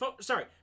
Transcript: sorry